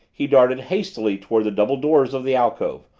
he darted hastily toward the double doors of the alcove,